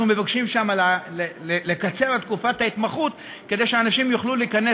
אנחנו מבקשים לקצר את תקופת ההתמחות כדי שאנשים יוכלו להיכנס